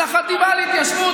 את החטיבה להתיישבות,